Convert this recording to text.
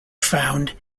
found